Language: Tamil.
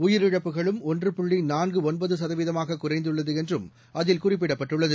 உயிரிழப்புகளும் ஒன்று புள்ளிநான்குஒன்பதுசதவீதமாகக் குறைந்துள்ளதுஎன்றும் அதில் குறிப்பிடப்பட்டுள்ளது